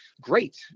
great